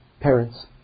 parents